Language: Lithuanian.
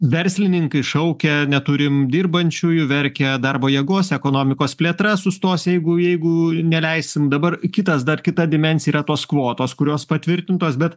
verslininkai šaukia neturim dirbančiųjų verkia darbo jėgos ekonomikos plėtra sustos jeigu jeigu neleisim dabar kitas dar kita dimensija yra tos kvotos kurios patvirtintos bet